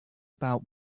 about